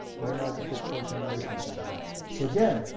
very hard to fit four generations into that, so again,